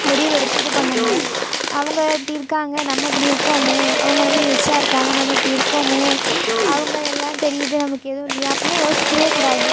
முடிவு எடுத்து இது பண்ணணும் அவங்க அப்படி இருக்காங்க நம்ம இப்படி இருக்கோமே அவங்க நல்லா ரிச்சாக இருக்காங்க நம்ம இப்படி இருக்கோமே அவங்க எல்லாம் தெரியுது நமக்கு எதுவும் இல்லையே அப்படிலாம் யோசிக்கவே கூடாது